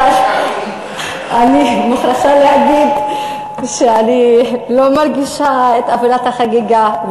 אבל אני מוכרחה להגיד שאני לא מרגישה את אווירת החגיגה,